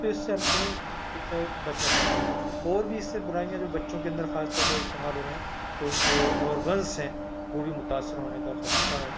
تو اس سے ہم کو اس سے بچنا چاہیے اور بھی اس سے برائیاں جو بچوں کے اندر خاص طور پر استعمال ہو رہے ہیں تو ان کے آرگنس ہیں وہ بھی متاثر ہونے کا خدشہ ہے